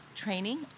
Training